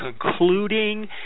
concluding